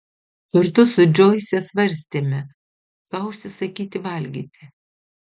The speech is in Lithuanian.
kartu su džoise svarstėme ką užsisakyti valgyti